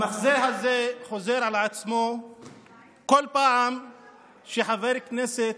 המחזה הזה חוזר על עצמו כל פעם שחבר כנסת